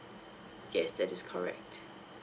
yes that is correct